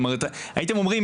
זאת אומרת הייתם אומרים,